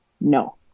No